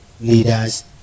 leaders